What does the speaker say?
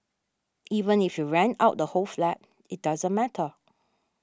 even if you rent out the whole flat it doesn't matter